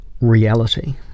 reality